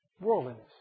worldliness